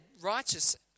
righteous